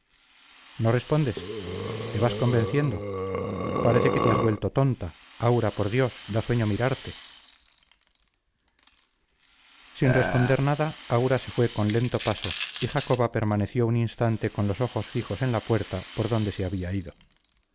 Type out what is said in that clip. no respondes te vas convenciendo parece que te has vuelto tonta aura por dios da sueño mirarte sin responder nada aura se fue con lento paso y jacoba permaneció un instante con los ojos fijos en la puerta por donde se había ido